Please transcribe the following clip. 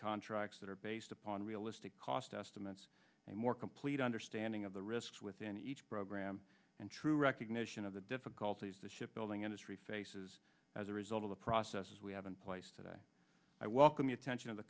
contracts that are based upon realistic cost estimates a more complete understanding of the risks within each program and true recognition of the difficulties the shipbuilding industry faces as a result of the processes we have in place today i welcome your tension of the